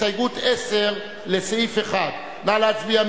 בהסתייגות 10 לסעיף 1. נא להצביע,